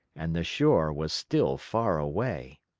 and the shore was still far away.